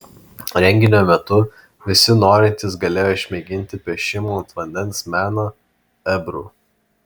renginio metu visi norintys galėjo išmėginti piešimo ant vandens meną ebru